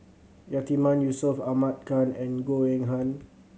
Yatiman Yusof Ahmad Khan and Goh Eng Han